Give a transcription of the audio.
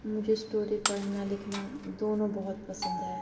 مجھے اسٹوری پڑھنا لکھنا دونوں بہت پسند ہے